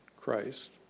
Christ